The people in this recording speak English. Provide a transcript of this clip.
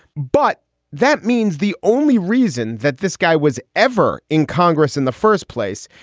but that means the only reason that this guy was ever in congress in the first place,